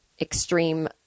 extreme